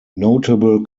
notable